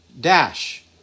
dash